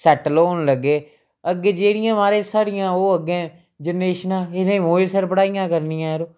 settle होन लगे अग्गें जेह्ड़ियां महाराज साढ़ियां ओह् अग्गें जनरेशनां इ'नें मोए सिर पढ़ाइयां करनियां यरो